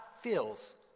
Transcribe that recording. feels